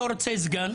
לא רוצה סגן,